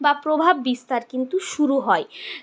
বা প্রভাব বিস্তার কিন্তু শুরু হয়